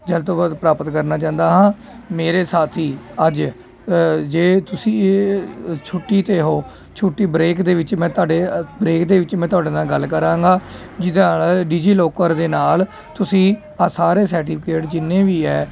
ਜਲਦ ਤੋਂ ਜਲਦ ਪ੍ਰਾਪਤ ਕਰਨਾ ਚਾਹੁੰਦਾ ਹਾਂ ਮੇਰੇ ਸਾਥੀ ਅੱਜ ਜੇ ਤੁਸੀਂ ਛੁੱਟੀ 'ਤੇ ਹੋ ਛੁੱਟੀ ਬਰੇਕ ਦੇ ਵਿੱਚ ਮੈਂ ਤੁਹਾਡੇ ਬਰੇਕ ਦੇ ਵਿੱਚ ਮੈਂ ਤੁਹਾਡੇ ਨਾਲ ਗੱਲ ਕਰਾਂਗਾ ਜਿਹਦੇ ਨਾਲ ਡੀ ਜੀ ਲੋਕਰ ਦੇ ਨਾਲ ਤੁਸੀਂ ਆਹ ਸਾਰੇ ਸਰਟੀਫਿਕੇਟ ਜਿੰਨੇ ਵੀ ਹੈ